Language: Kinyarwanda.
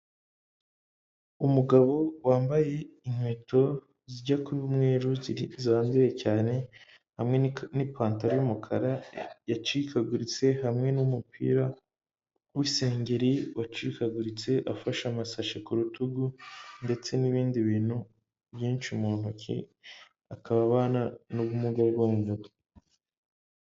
Umugabo wambaye inkweto zijya kuba umweru zanduye cyane, hamwe n'ipantaro y'umukara yacikaguritse, hamwe n'umupira w'isengeri wacikaguritse, afashe amasashi ku rutugu ndetse n'ibindi bintu byinshi mu ntoki, akaba abana n'ubumuga bwo mu mutwe.